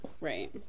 Right